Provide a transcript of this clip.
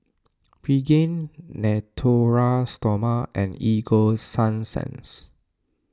Pregain Natura Stoma and Ego Sunsense